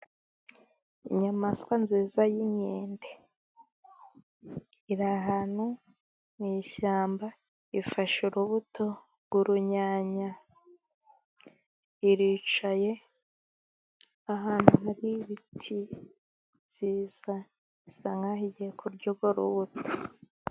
Inyamaswa nziza y'inkende iri hantu mu ishyamba, ifashe urubuto rw'urunyanya, iricaye ahantu hari ibiti byiza, isa nkaho igiye kuryago uwo rubuto.